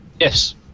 Yes